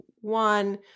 One